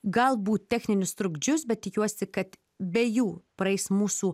galbūt techninius trukdžius bet tikiuosi kad be jų praeis mūsų